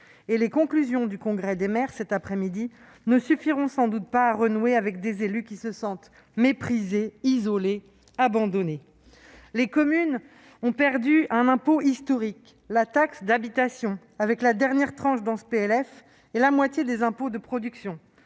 Les conclusions du Congrès des maires, cet après-midi, ne suffiront sans doute pas à renouer avec des élus qui se sentent méprisés, isolés, abandonnés. Les communes ont perdu un impôt historique- la taxe d'habitation -, dont la dernière tranche disparaît avec ce PLF. Elles ont également perdu la moitié des impôts de production.